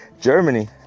Germany